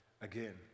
again